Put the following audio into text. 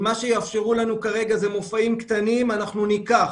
אם מה שיאפשרו לנו כרגע זה מופעים קטנים אנחנו ניקח.